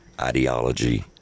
ideology